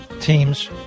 teams